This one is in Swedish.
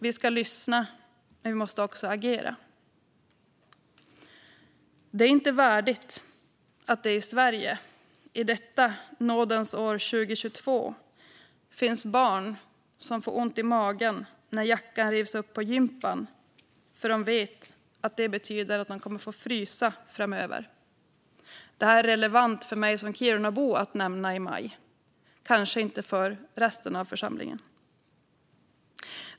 Vi ska lyssna, och vi måste också agera. Det är inte värdigt att det i Sverige, i detta nådens år 2022, finns barn som får ont i magen när jackan rivs upp på gympan för att de vet att det betyder att de kommer att få frysa framöver. Det här är relevant att nämna i maj för mig som Kirunabo det kanske det inte är för resten av församlingen.